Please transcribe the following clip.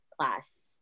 class